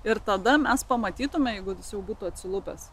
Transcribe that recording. ir tada mes pamatytume jeigu jis jau būtų atsilupęs